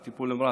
את הטיפול הנמרץ.